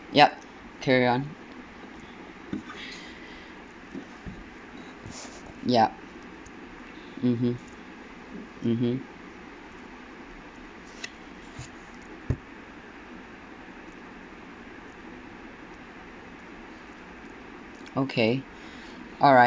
yup carry on yup mmhmm mmhmm okay all right